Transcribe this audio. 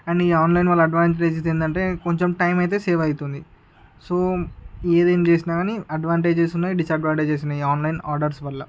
and ఈ online వల్ల advantages ఏందంటే కొంచెం టైం అయితే సేవ్ అవుతుంది సో ఏదేమి చేసినా గానీ అడ్వాంటేజెస్ ఉన్నాయి డిసడ్వాంటేజెస్ ఉన్నాయి ఈ ఆన్లైన్ ఆర్డర్స్ వల్ల